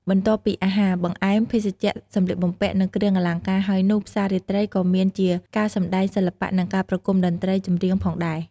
បន្ទាប់ពីអាហារ បង្អែម ភេសជ្ជៈ សម្លៀកបំពាក់ និងគ្រឿងអលង្ការហើយនោះ ផ្សាររាត្រីក៏មានជាការសម្តែងសិល្បៈ និងការប្រគុំតន្ត្រីចម្រៀងផងដែរ។